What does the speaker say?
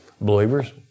believers